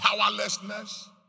powerlessness